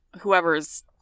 whoever's